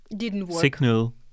signal